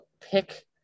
pick